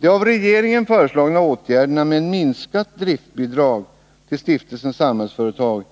De av regeringen föreslagna åtgärderna, som innefattar minskat driftsbidrag till Stiftelsen Samhällsföretag,